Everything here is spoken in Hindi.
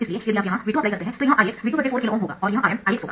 इसलिए यदि आप यहां V2 अप्लाई करते है तो यह Ix V2 4KΩ होगा और यह Rm Ix होगा